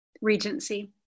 Regency